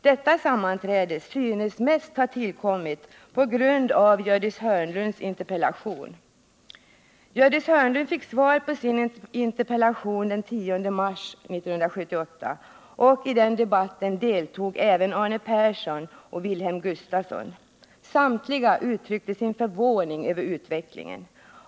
Detta sammanträde synes mest ha tillkommit på grund av Gördis Hörnlunds interpellation. Gördis Hörnlund fick svar på sin interpellation den 10 mars 1978, och i den debatten deltog även Arne Persson och Wilhelm Gustafsson. Samtliga uttryckte sin förvåning över utvecklingen.